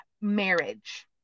marriage